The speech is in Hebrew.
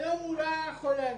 היום הוא לא יכול היה להגיע.